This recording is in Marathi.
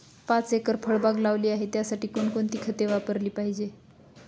पाच एकर फळबाग लावली आहे, त्यासाठी कोणकोणती खते वापरली पाहिजे?